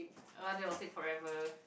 uh they'll take forever